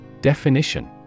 Definition